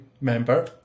member